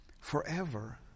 forever